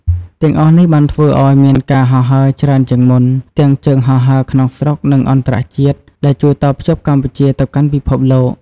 ទាំងអស់នេះបានធ្វើឲ្យ មានការហោះហើរច្រើនជាងមុន ទាំងជើងហោះហើរក្នុងស្រុកនិងអន្តរជាតិដែលជួយតភ្ជាប់កម្ពុជាទៅកាន់ពិភពលោក។